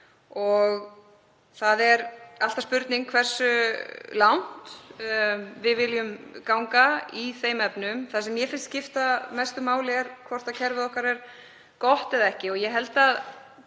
og það er alltaf spurning hversu langt við viljum ganga í þeim efnum. Það sem mér finnst skipta mestu máli er hvort kerfið okkar er gott eða ekki. Ég held að